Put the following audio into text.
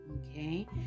okay